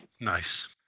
Nice